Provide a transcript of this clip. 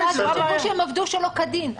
אבל אז יחשבו שהם עבדו שלא כדין.